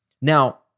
Now